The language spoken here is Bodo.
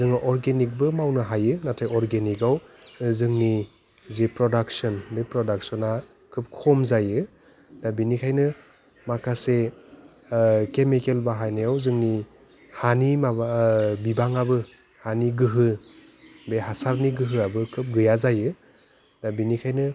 जोङो अर्गेनिकबो मावनो हायो नाथाय अर्गेनिकआव जोंनि जि प्रदाक्टसन बे प्रदाक्सनआ खोब खम जायो दा बेनिखायनो माखासे केमिकेल बाहायनायाव जोंनि हानि माबा बिबाङाबो हानि गोहो बे हासारनि गोहोआबो खोब गैया जायो दा बेनिखायनो